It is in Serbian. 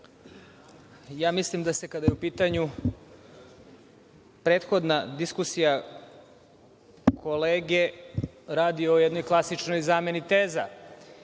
mislim da se, kada je u pitanju prethodna diskusija kolege, radi o jednoj klasičnoj zameni teza